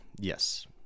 Yes